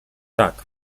tak